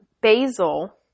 Basil